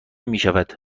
میشوند